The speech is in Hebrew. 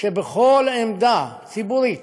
שבכל עמדה ציבורית